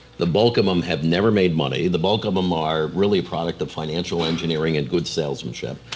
the bulk of them have never made money, the bulk of them are really a product of financial engineering and good salesmanship